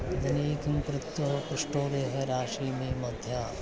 इदमेकं कृत्वा पृष्टव्यः राशीं मे मध्ये